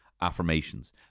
affirmations